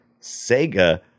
Sega